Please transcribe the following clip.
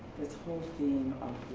this whole theme